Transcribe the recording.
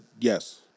yes